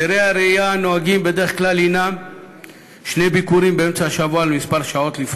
הסדרי הראייה הנוהגים בדרך כלל הִנם שני ביקורים באמצע השבוע לכמה שעות,